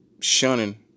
shunning